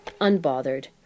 unbothered